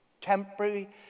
temporary